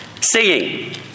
singing